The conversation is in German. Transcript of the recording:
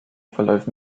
verläuft